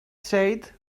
shade